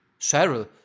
Cheryl